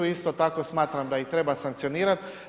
Isto tako smatram da ih treba sankcionirat.